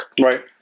Right